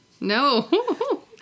No